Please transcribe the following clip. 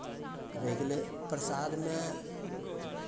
रहि गेलै प्रसादमे